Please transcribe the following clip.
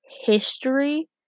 history